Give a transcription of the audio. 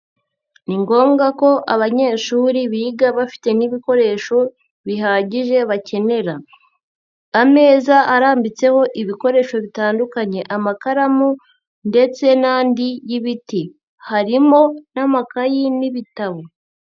Ni ngombwa ko abanyeshuri biga bafite n'ibikoresho bihagije bakenera, ameza arambitseho ibikoresho bitandukanye amakaramu ndetse n'andi y'ibiti, harimo n'amakayi n'ibitabo.